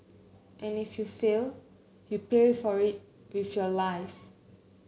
and if you fail you pay for it with your life